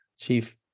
Chief